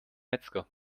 metzger